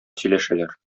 сөйләшәләр